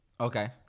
Okay